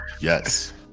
Yes